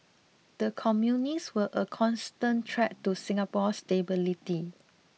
the communists were a constant threat to Singapore's stability